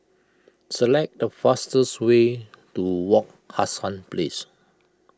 select the fastest way to Wak Hassan Place